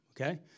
okay